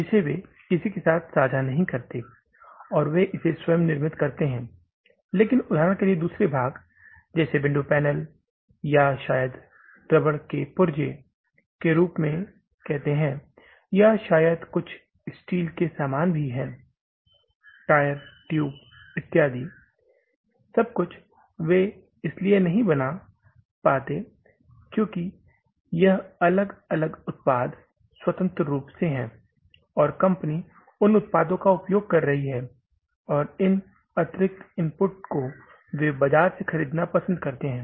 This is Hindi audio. जिसे वे किसी के साथ साझा नहीं करते हैं और वे इसे स्वयं निर्मित करते हैं लेकिन उदाहरण के लिए दूसरा भाग जैसे आप विंडो पैनल या शायद रबर के पुर्ज़े के रूप में कहते हैं या शायद कुछ स्टील के सामान भी हैं टायर ट्यूब इत्यादि सब कुछ वे इसलिए नहीं बना सकते क्योंकि यह अलग अलग उत्पाद स्वतंत्र रूप से है और कंपनी उन उत्पादों का उपयोग कर रही है और इन अतिरिक्त इनपुट को वे बाजार से खरीदना पसंद करते हैं